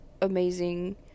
amazing